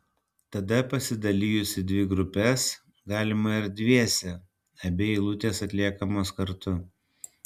tada pasidalijus į dvi grupes galima ir dviese abi eilutės atliekamos kartu